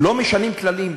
לא משנים כללים.